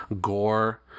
gore